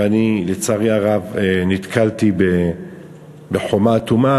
ולצערי הרב נתקלתי בחומה אטומה,